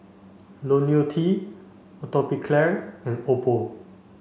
Ionil T Atopiclair and Oppo